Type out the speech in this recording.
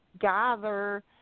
gather